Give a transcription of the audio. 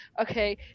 okay